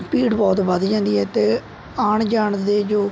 ਭੀੜ ਬਹੁਤ ਵੱਧ ਜਾਂਦੀ ਹੈ ਅਤੇ ਆਉਣ ਜਾਣ ਦੇ ਜੋ